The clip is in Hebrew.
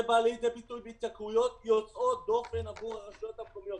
זה בא לידי ביטוי בהתייקרויות יוצאות דופן עבור הרשויות המקומיות.